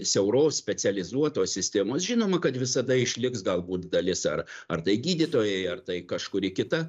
siauros specializuotos sistemos žinoma kad visada išliks galbūt dalis ar ar tai gydytojai ar tai kažkuri kita